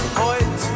point